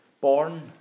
Born